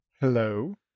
Hello